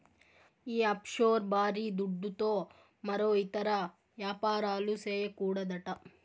ఈ ఆఫ్షోర్ బారీ దుడ్డుతో మరో ఇతర యాపారాలు, చేయకూడదట